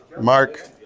Mark